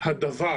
הדבר